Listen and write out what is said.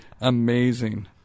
Amazing